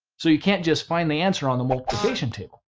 so you can't just find the answer on the multiplication table.